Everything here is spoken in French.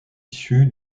issue